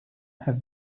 have